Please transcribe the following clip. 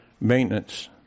maintenance